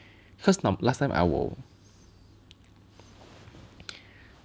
because last time I will